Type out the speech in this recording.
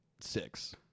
six